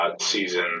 season